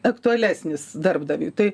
aktualesnis darbdaviui tai